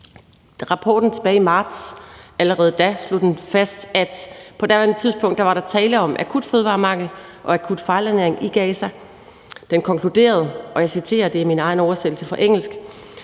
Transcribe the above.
Rapporten tilbage i marts slog allerede da fast, at der på daværende tidspunkt var tale om akut fødevaremangel og akut fejlernæring i Gaza. Den konkluderede – og jeg citerer min egen oversættelse fra engelsk: